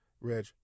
Reg